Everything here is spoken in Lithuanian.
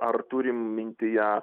ar turim mintyje